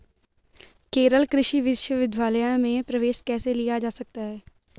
केरल कृषि विश्वविद्यालय में प्रवेश कैसे लिया जा सकता है?